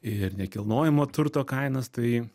ir nekilnojamo turto kainas tai